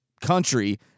country